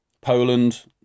Poland